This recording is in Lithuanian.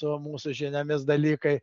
su mūsų žiniomis dalykai